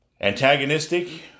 antagonistic